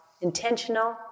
intentional